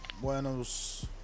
Buenos